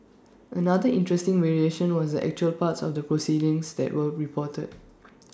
another interesting variation was the actual parts of the proceedings that were reported